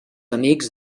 amics